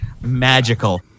magical